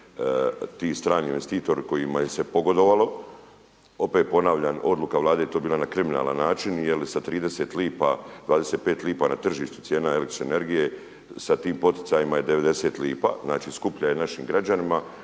ti strani investitori kojima se pogodovalo. Opet ponavljam, odluka Vlade je to bila na kriminalan način jer sa 30 lipa, 25 lipa na tržištu cijena električne energije sa tim poticajima je 90 lipa. Znači skuplja je našim građanima